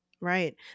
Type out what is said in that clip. Right